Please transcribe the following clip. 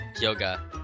Yoga